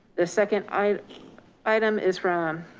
the second item item is from